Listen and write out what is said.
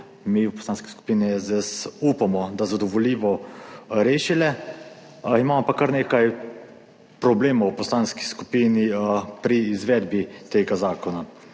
mi v Poslanski skupini SDS upamo, da zadovoljivo rešile. Imamo pa kar nekaj problemov v poslanski skupini pri izvedbi tega zakona.